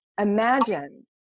imagine